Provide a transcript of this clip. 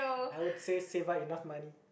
I would say save up enough money